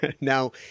Now